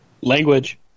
Language